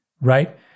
right